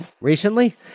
Recently